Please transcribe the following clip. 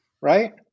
right